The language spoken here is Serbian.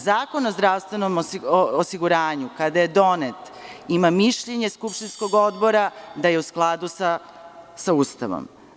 Zakon o zdravstvenom osiguranju kada je donet ima mišljenje skupštinskog Odbora da je u skladu sa Ustavom.